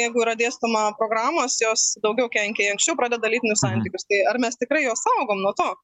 jeigu yra dėstoma programos jos daugiau kenkia jie anksčiau pradeda lytinius santykius tai ar mes tikrai juos saugom nuo to